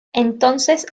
entonces